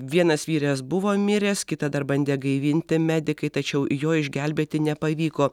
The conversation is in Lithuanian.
vienas vyras buvo miręs kitą dar bandė gaivinti medikai tačiau jo išgelbėti nepavyko